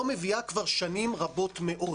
היא לא מביאה כבר שנים רבות מאוד,